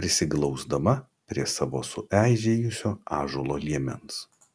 prisiglausdama prie savo sueižėjusio ąžuolo liemens